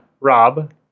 rob